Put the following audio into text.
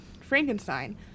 Frankenstein